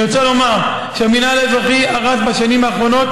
אני רוצה לומר שהמינהל האזרחי הרס בשנים האחרונות